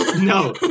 No